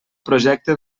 projecte